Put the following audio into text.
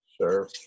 Sure